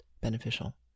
beneficial